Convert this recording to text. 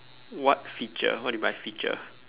what feature what do you mean by feature